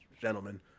gentlemen